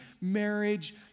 marriage